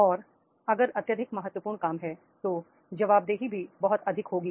और अगर अत्यधिक महत्वपूर्ण काम है तो जवाबदेही भी बहुत अधिक होगी